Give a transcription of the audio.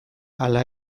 hala